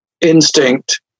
instinct